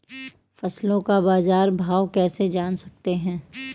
फसलों का बाज़ार भाव कैसे जान सकते हैं?